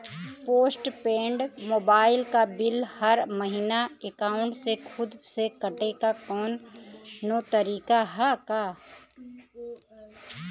Post paid mobile क bill हर महिना एकाउंट से खुद से कटे क कौनो तरीका ह का?